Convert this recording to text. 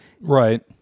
Right